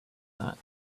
that